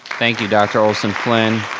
thank you, dr. olson-flynn.